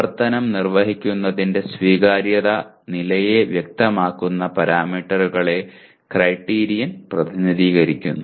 പ്രവർത്തനം നിർവ്വഹിക്കുന്നതിന്റെ സ്വീകാര്യത നിലയെ വ്യക്തമാക്കുന്ന പാരാമീറ്ററുകളെ ക്രൈറ്റീരിയൻ പ്രതിനിധീകരിക്കുന്നു